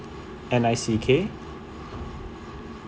N I C K